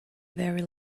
very